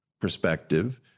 perspective